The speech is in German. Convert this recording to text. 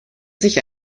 sich